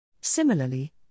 Similarly